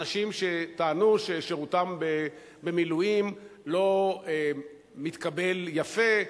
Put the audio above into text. אנשים שטענו ששירותם במילואים לא מתקבל יפה.